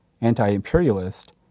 anti-imperialist